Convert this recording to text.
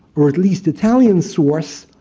or at least italian, source.